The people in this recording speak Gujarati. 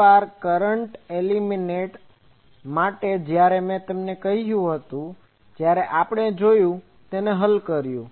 પહેલી વાર કરન્ટ એલિમેન્ટ માટે જયારે મેં તમને કહ્યું હતું જ્યારે આપણે જોયું કે આપણે તેને હલ કર્યું